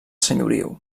senyoriu